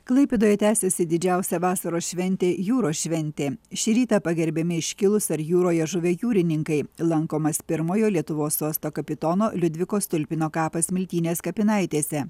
klaipėdoje tęsiasi didžiausia vasaros šventė jūros šventė šį rytą pagerbiami iškilūs ar jūroje žuvę jūrininkai lankomas pirmojo lietuvos sosto kapitono liudviko stulpino kapas smiltynės kapinaitėse